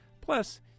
Plus